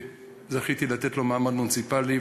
זכיתי לתת לו מעמד מוניציפלי,